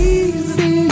easy